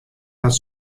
hat